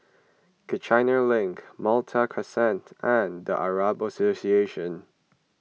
Kiichener Link Malta Crescent and Arab Association